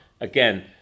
Again